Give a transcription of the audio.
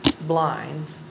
blind